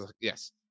Yes